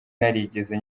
narigeze